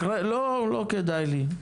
לא כדאי לי.